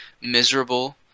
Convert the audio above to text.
miserable